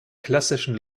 klassischen